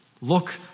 Look